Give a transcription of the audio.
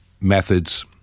methods